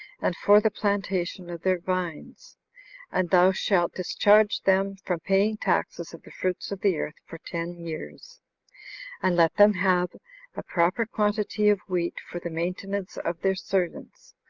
and for the plantation of their vines and thou shalt discharge them from paying taxes of the fruits of the earth for ten years and let them have a proper quantity of wheat for the maintenance of their servants,